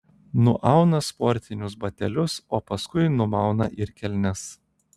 nuauna sportinius batelius o paskui numauna ir kelnes